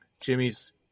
Jimmy's